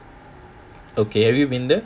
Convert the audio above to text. okay have you been there